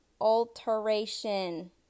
Alteration